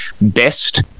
best